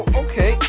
okay